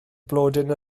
blodyn